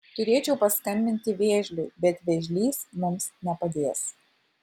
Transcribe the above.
turėčiau paskambinti vėžliui bet vėžlys mums nepadės